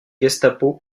gestapo